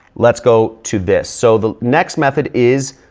let's go to this. so, the next method is,